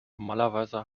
normalerweise